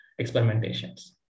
experimentations